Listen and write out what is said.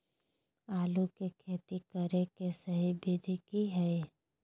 आलू के खेती करें के सही विधि की हय?